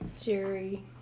Jerry